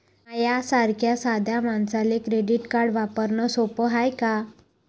माह्या सारख्या साध्या मानसाले क्रेडिट कार्ड वापरने सोपं हाय का?